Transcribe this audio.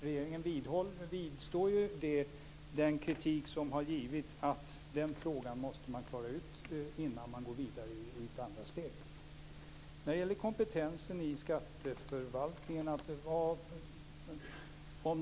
Regeringen vidgår den kritik som lämnats om att den frågan måste klaras ut innan man går vidare i ett andra steg.